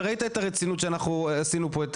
וראית את הרצינות שאנחנו עשינו פה את